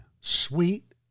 sweet